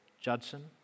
Judson